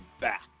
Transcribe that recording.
back